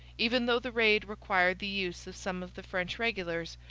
even though the raid required the use of some of the french regulars,